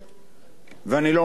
ואני לא רוצה להתחמק,